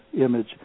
image